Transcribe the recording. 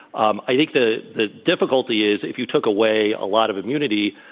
um i think the the difficulty is, if you took away a lot of immunity,